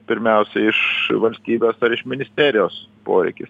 pirmiausia iš valstybės ar iš ministerijos poreikis